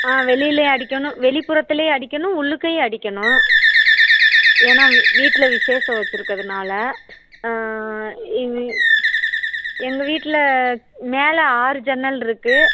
ஆ வெளியிலேயும் அடிக்கணும் வெளிப்புறத்துலேயும் அடிக்கணும் உள்ளுக்கையும் அடிக்கணும் ஏன்னால் வீட்டில் விசேஷம் வெச்சுருக்கதுனால இது எங்கள் வீட்டில் மேலே ஆறு ஜன்னலிருக்கு